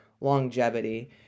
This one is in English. longevity